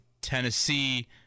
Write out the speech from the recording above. Tennessee